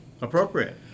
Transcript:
appropriate